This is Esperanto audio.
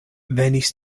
venis